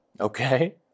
Okay